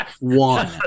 One